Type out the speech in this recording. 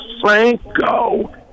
Franco